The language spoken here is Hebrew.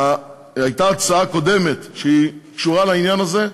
הייתה הצעה קודמת, שקשורה לעניין הזה,